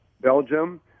Belgium